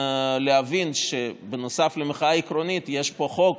להבין שנוסף למחאה עקרונית יש פה חוק,